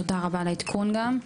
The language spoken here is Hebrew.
תודה רבה על העדכון גם.